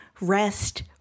rest